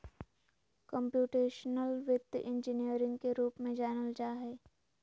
computational वित्त engineering के रूप में जानल जा हइ